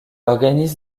organise